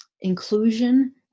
inclusion